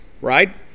right